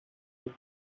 what